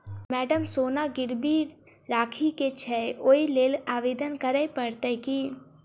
Madam सोना गिरबी राखि केँ छैय ओई लेल आवेदन करै परतै की?